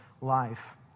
life